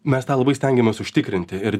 mes tą labai stengiamės užtikrinti ir